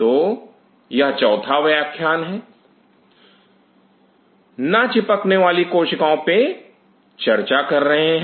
तो यह चौथा व्याख्यान है ना चिपकने वाली कोशिकाओं पर चर्चा कर रहे हैं